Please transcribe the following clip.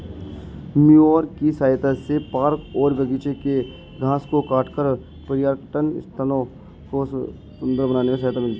mower की सहायता से पार्क और बागिचों के घास को काटकर पर्यटन स्थलों को सुन्दर बनाने में सहायता मिलती है